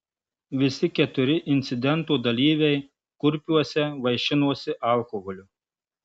visi keturi incidento dalyviai kurpiuose vaišinosi alkoholiu